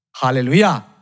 Hallelujah